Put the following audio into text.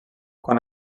quan